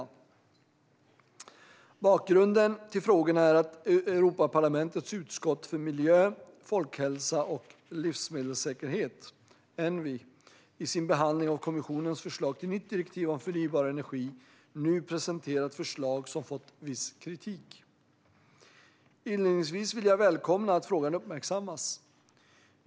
Svar på interpellationer Bakgrunden till frågorna är att Europaparlamentets utskott för miljö, folkhälsa och livsmedelssäkerhet, ENVI, i sin behandling av kommissionens förslag till nytt direktiv om förnybar energi nu presenterat förslag som fått viss kritik. Inledningsvis vill jag välkomna att frågan uppmärksammas.